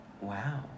Wow